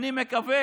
והכנסת לא משפה